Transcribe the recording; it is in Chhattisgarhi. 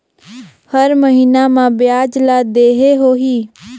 हर महीना मा ब्याज ला देहे होही?